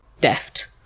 deft